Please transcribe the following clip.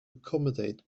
accommodate